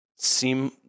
seem